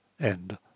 End